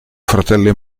fratelli